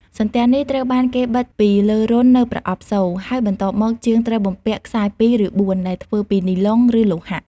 សន្ទះនេះត្រូវបានគេបិទពីលើរន្ធនៅប្រអប់សូរ ហើយបន្ទាប់មក ជាងត្រូវបំពាក់ខ្សែពីរ ឬបួន ដែលធ្វើពីនីឡុង ឬលោហៈ។